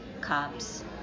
cops